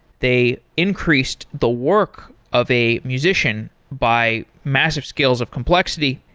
they increased the work of a musician by massive skills of complexity,